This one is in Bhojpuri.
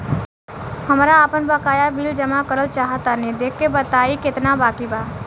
हमरा आपन बाकया बिल जमा करल चाह तनि देखऽ के बा ताई केतना बाकि बा?